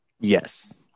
Yes